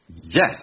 Yes